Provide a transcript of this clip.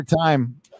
time